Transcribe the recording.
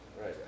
right